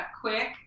Quick